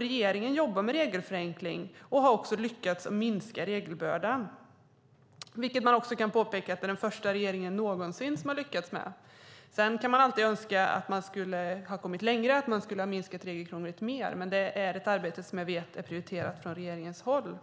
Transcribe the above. Regeringen jobbar med regelförenkling och har lyckats minska regelbördan. Det kan påpekas att regeringen är den första regeringen någonsin som lyckats med det. Sedan kan vi alltid önska att man skulle ha kommit längre och att man skulle ha minskat regelkrånglet ännu mer, men det arbetet vet jag är prioriterat från regeringshåll.